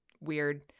weird